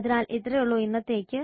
അതിനാൽ അത്രയേയുള്ളൂ ഇന്നത്തേക്ക്